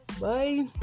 Bye